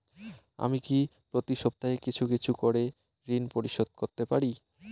আমি কি প্রতি সপ্তাহে কিছু কিছু করে ঋন পরিশোধ করতে পারি?